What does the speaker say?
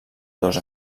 dos